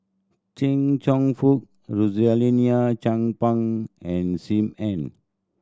Chia Cheong Fook Rosaline Chan Pang and Sim Ann